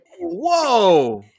Whoa